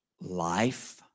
Life